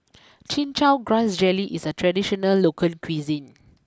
Chin Chow Grass Jelly is a traditional local cuisine